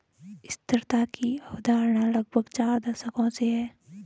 स्थिरता की अवधारणा लगभग चार दशकों से है